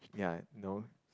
ya know